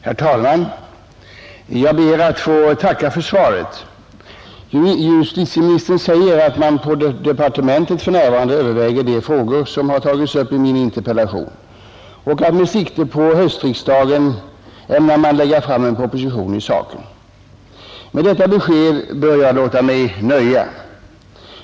Herr talman! Jag ber att få tacka för svaret. Justitieministern säger att man på departementet för närvarande överväger de frågor som har tagits upp i min interpellation och med sikte på höstriksdagen ämnar lägga fram en proposition i saken. Med detta besked bör jag låta mig nöja.